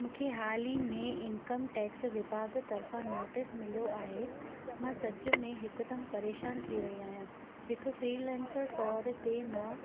मूंखे हाल ई में इनकम टैक्स विभाग तरफा नोटिस मिलियो आहे मां सच में हिकदमि परेशानु थी वई आहियां हिकु फ्री लैंसर तौरु ते मां